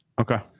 Okay